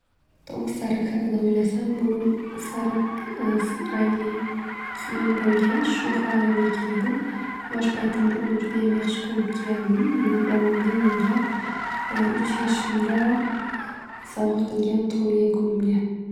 To'q sariq haqida o'ylasam bu sariq rangli kiymim bo'lgan. Shu hayolimga keladi. Yosh paytimda uni judayam yaxshi ko'rib kiyardim. Bu bobomning menga uch yoshimda sovg'a qilgan tug'ulgan kunimga.